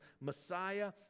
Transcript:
Messiah